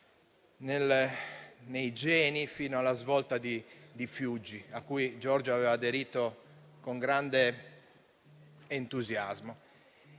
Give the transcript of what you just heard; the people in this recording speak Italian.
genetica fino alla svolta di Fiuggi cui Giorgio aveva aderito con grande entusiasmo.